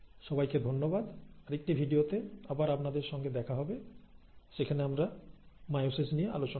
সবাইকে ধন্যবাদ আরেকটি ভিডিওতে আবার আপনাদের সঙ্গে দেখা হবে সেখানে আমরা মায়োসিস নিয়ে আলোচনা করব